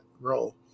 role